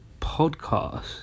podcast